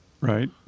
Right